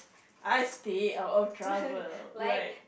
I stay out of trouble like